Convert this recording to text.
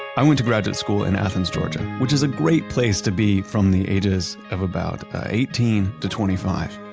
i went to graduate school in athens, georgia, which is a great place to be from the ages of about eighteen to twenty five,